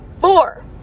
four